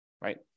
Right